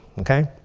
okay?